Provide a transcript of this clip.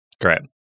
Correct